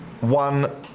one